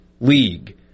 league